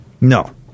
No